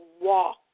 walk